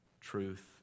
truth